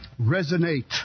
Resonate